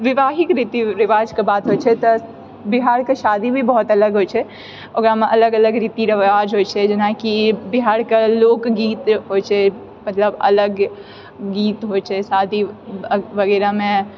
विवाहिक रीतिरिवाजके बात होइ छै तऽ बिहारके शादी भी बहुत अलग होइ छै ओकरामे अलग अलग रीतिरिवाज होइ छै जेनाकि बिहारके लोकगीत होइ छै मतलब अलग गीत होइ छै शादी वगैरहमे